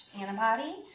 antibody